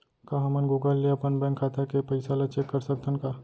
का हमन गूगल ले अपन बैंक खाता के पइसा ला चेक कर सकथन का?